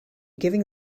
giving